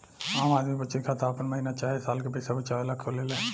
आम आदमी बचत खाता आपन महीना चाहे साल के पईसा बचावे ला खोलेले